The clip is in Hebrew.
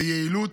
ביעילות,